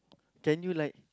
can you like